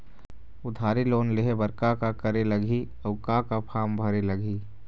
उधारी लोन लेहे बर का का करे लगही अऊ का का फार्म भरे लगही?